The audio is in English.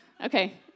okay